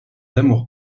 d’amour